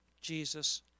Jesus